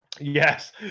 Yes